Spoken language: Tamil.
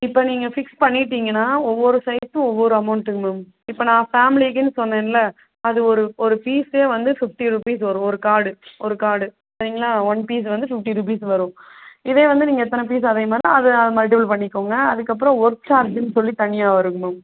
இப்போ நீங்கள் பிக்ஸ் பண்ணிட்டிங்கனால் ஒவ்வொரு சைஸுக்கும் ஒவ்வொரு அமௌண்ட்ங்க மேம் இப்போ நான் ஃபேமிலிக்குன்னு சொன்னேன்ல்ல அது ஒரு ஒரு ஃபீஸே வந்து ஃபிஃப்ட்டி ரூபீஸ் வரும் ஒரு கார்டு ஒரு கார்டு சரிங்களா ஒன் பீஸ் வந்து ஃபிஃப்ட்டி ரூபீஸ் வரும் இதே வந்து நீங்கள் எத்தனை பீஸ் அதே மாதிரி தான் அது மல்டிபுல் பண்ணிக்கோங்க அதுக்கப்பறம் ஒர்க் சார்ஜ்ன்னு சொல்லி தனியாக வருங்க மேம்